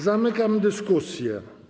Zamykam dyskusję.